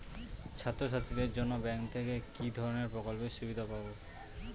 ছাত্রছাত্রীদের জন্য ব্যাঙ্ক থেকে কি ধরণের প্রকল্পের সুবিধে পাবো?